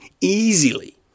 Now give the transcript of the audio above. easily